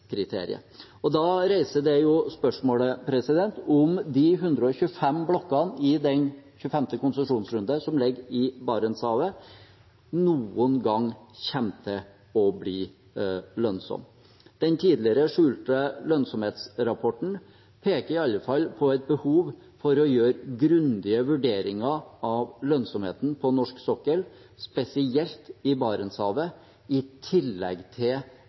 Da reiser det spørsmålet om de 125 blokkene i den 25. konsesjonsrunde som ligger i Barentshavet, noen gang kommer til å bli lønnsomme. Den tidligere skjulte lønnsomhetsrapporten peker i alle fall på et behov for å gjøre grundige vurderinger av lønnsomheten på norsk sokkel, spesielt i Barentshavet, i tillegg til